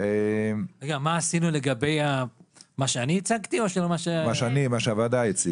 מה עשינו לגבי מה שאני הצגתי או מה ש- -- מה שהוועדה הציגה.